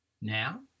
now